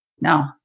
no